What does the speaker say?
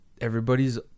everybody's